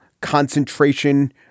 concentration